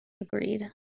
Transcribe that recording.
Agreed